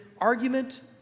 argument